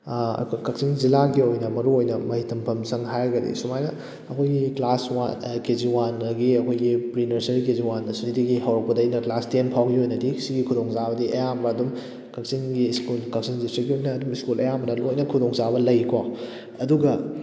ꯑꯩꯈꯣꯏ ꯀꯛꯆꯤꯡ ꯖꯤꯂꯥꯒꯤ ꯑꯣꯏꯅ ꯃꯔꯨꯑꯣꯏꯅ ꯃꯍꯩ ꯇꯝꯐꯝꯁꯪ ꯍꯥꯏꯔꯒꯗꯤ ꯁꯨꯃꯥꯏꯅ ꯑꯩꯈꯣꯏꯒꯤ ꯀ꯭ꯂꯥꯁ ꯋꯥꯟ ꯀꯦꯖꯤ ꯋꯥꯟꯗꯒꯤ ꯑꯩꯈꯣꯏꯒꯤ ꯄ꯭ꯔꯤ ꯅꯔꯁꯔꯤ ꯀꯦꯖꯤ ꯋꯥꯟ ꯑꯁꯨꯋꯥꯏꯗꯒꯤ ꯍꯧꯔꯛꯄꯗꯩꯅ ꯀ꯭ꯂꯥꯁ ꯇꯦꯟ ꯐꯥꯎꯕꯒꯤ ꯑꯣꯏꯅꯗꯤ ꯁꯤꯒꯤ ꯈꯨꯗꯣꯡꯆꯥꯕꯗꯤ ꯑꯌꯥꯝꯕ ꯑꯗꯨꯝ ꯀꯛꯆꯤꯡꯒꯤ ꯁ꯭ꯀꯨꯜ ꯀꯛꯆꯤꯡ ꯗꯤꯁꯗ꯭ꯔꯤꯛꯀꯤ ꯑꯣꯏꯅ ꯑꯗꯨꯝ ꯁ꯭ꯀꯨꯜ ꯑꯌꯥꯝꯕꯅ ꯂꯣꯏꯅ ꯈꯨꯗꯣꯡꯆꯥꯕ ꯂꯩꯀꯣ ꯑꯗꯨꯒ